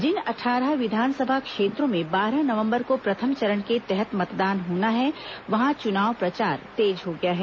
जिन अट्ठारह विधानसभा क्षेत्रों में बारह नवंबर को प्रथम चरण के तहत मतदान होना है वहां च्नाव प्रचार तेज हो गया है